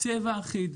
צבע אחיד,